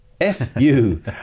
F-U